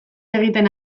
egiten